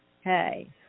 hey